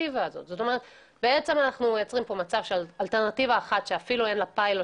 אנחנו מייצרים מצב שיש אלטרנטיבה אחת שאפילו אין לה פיילוט